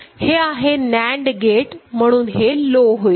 हे आहे NAND gate म्हणून हे लो होईल